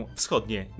wschodnie